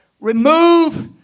remove